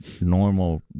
normal